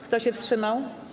Kto się wstrzymał?